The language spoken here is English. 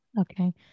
Okay